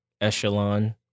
Echelon